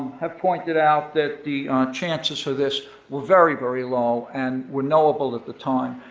have pointed out that the chances for this were very, very low and were knowable at the time.